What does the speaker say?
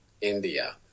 India